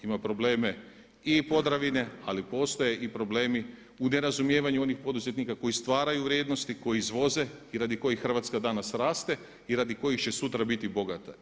Ima probleme i Podravine ali postoje i problemi u nerazumijevanju onih poduzetnika koji stvaraju vrijednosti, koji izvoze i radi kojih Hrvatska danas raste i radi kojih će sutra biti bogata.